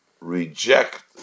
reject